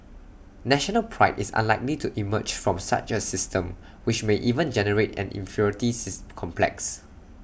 national Pride is unlikely to emerge from such A system which may even generate an inferiority six complex